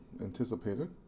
anticipated